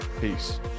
Peace